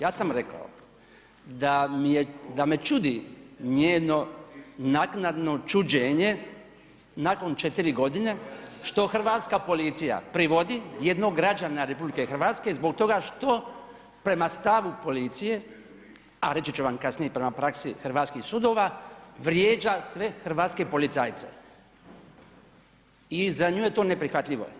Ja sam rekao da mi je, da me čudi njeno naknadno čuđenje nakon 4 godine što hrvatska policija privodi jednog građana RH zbog toga što prema stavu policije, a reći ću vam kasnije i prema praksi hrvatskih sudova vrijeđa sve hrvatske policajce i za nju je to neprihvatljivo.